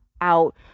out